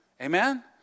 Amen